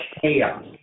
chaos